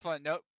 Nope